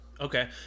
Okay